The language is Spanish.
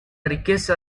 riqueza